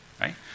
right